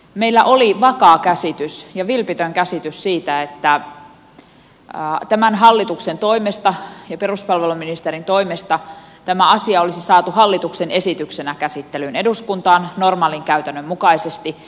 meillä oli vakaa ja vilpitön käsitys siitä että tämän hallituksen toimesta ja peruspalveluministerin toimesta tämä asia olisi saatu hallituksen esityksenä käsittelyyn eduskuntaan normaalin käytännön mukaisesti